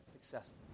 successful